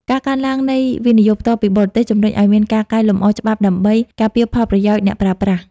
ការកើនឡើងនៃ វិនិយោគផ្ទាល់ពីបរទេស ជម្រុញឱ្យមានការកែលម្អច្បាប់ដើម្បីការពារផលប្រយោជន៍អ្នកប្រើប្រាស់។